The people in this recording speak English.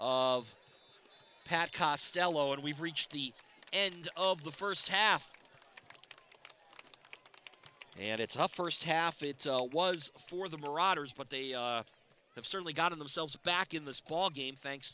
of pat costello and we've reached the end of the first half and it's up first half it was for the marauders but they have certainly gotten themselves back in this ball game thanks